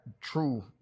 true